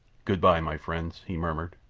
good-bye, my friends, he murmured.